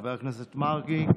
חבר הכנסת מרגי,